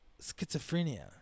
schizophrenia